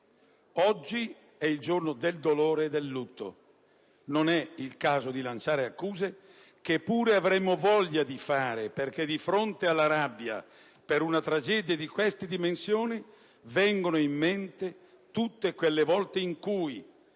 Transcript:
Oggi è il giorno del dolore e del lutto, non è il caso di lanciare accuse, che pure avremmo voglia di lanciare, perché di fronte alla rabbia per una tragedia di queste dimensioni vengono in mente tutte le volte in cui,